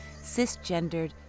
cisgendered